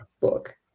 book